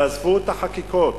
תעזבו את החקיקות.